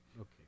Okay